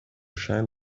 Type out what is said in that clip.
shine